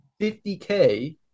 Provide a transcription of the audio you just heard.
50k